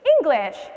English